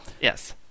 Yes